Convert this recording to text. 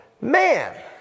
man